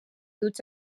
duts